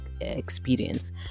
experience